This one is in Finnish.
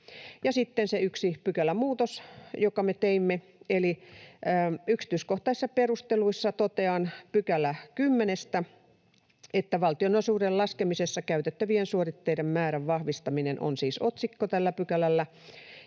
sitten se yksi pykälämuutos, jonka me teimme. Yksityiskohtaisissa perusteluissa toteamme 10 §:stä — valtionosuuden laskemisessa käytettävien suoritteiden määrän vahvistaminen on siis otsikko tällä pykälällä